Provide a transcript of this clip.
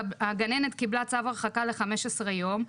הגננת קיבלה צו הרחקה ל-15 יום,